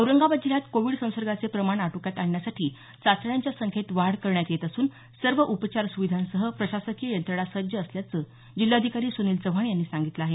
औरंगाबाद जिल्ह्यात कोविड संसर्गाचे प्रमाण आटोक्यात आणण्यासाठी चाचण्यांच्या संख्येत वाढ करण्यात येत असून सर्व उपचार सुविधांसह प्रशासकीय यंत्रणा सज्ज असल्याचं जिल्हाधिकारी सुनील चव्हाण यांनी सांगितलं आहे